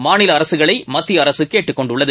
மாநில அரசுகளை மத்திய அரசு கேட்டுக் கொண்டுள்ளது